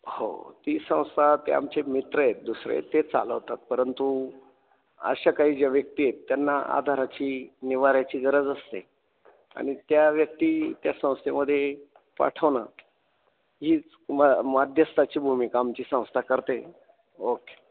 हो ती संस्था ते आमचे मित्र आहेत दुसरे ते चालवतात परंतु अशा काही ज्या व्यक्ती आहेत त्यांना आधाराची निवाऱ्याची गरज असते आणि त्या व्यक्ती त्या संस्थेमध्ये पाठवणं हीच मा मध्यस्थाची भूमिका आमची संस्था करते ओके